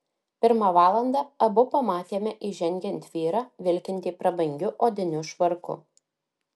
pirmą valandą abu pamatėme įžengiant vyrą vilkintį prabangiu odiniu švarku